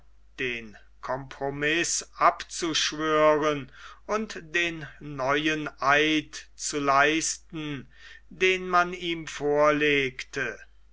den compromiß abzuschwören und den neuen eid zu leisten den man ihm vorlegte